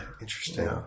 interesting